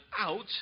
out